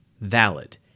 valid